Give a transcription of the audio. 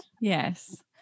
yes